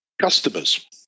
customers